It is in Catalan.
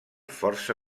força